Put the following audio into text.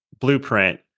blueprint